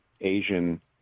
Asian